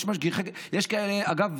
אגב,